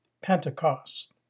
Pentecost